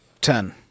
ten